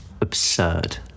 absurd